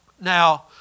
Now